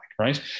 right